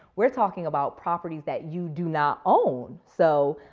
we're talking about properties that you do not own. so,